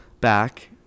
back